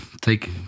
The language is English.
take